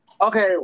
Okay